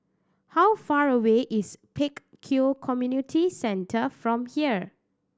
how far away is Pek Kio Community Centre from here